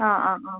ആ ആ ആ